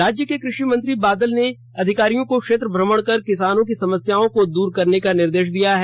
राज्य के क्रषि मंत्री बादल ने अधिकारियों को क्षेत्र भ्रमण कर किसानों की समस्याओं को दूर करने का निर्देश दिया है